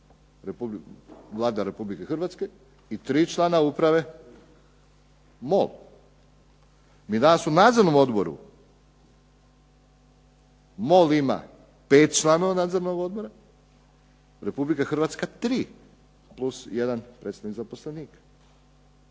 Vlada Republike Hrvatske i tri člana uprave MOL. Mi danas u nadzornom odboru MOL ima pet članova nadzornog odbora, Republika Hrvatska tri plus jedan predstavnik zaposlenik.